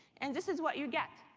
and this is what you get.